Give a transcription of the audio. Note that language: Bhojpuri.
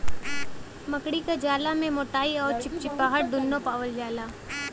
मकड़ी क जाला में मोटाई अउर चिपचिपाहट दुन्नु पावल जाला